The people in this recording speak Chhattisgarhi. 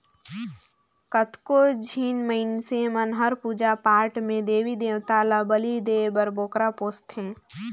कतको झिन मइनसे मन हर पूजा पाठ में देवी देवता ल बली देय बर बोकरा पोसथे